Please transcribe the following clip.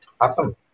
Awesome